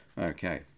Okay